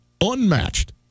unmatched